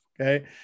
Okay